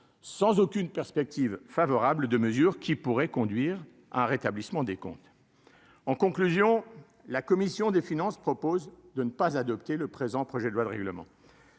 sans aucune perspective favorable de mesures qui pourrait conduire à rétablissement des comptes, en conclusion, la commission des finances propose de ne pas adopter le présent projet de loi de règlement.